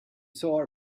saw